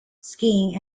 skiing